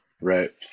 Right